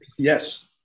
yes